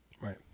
Right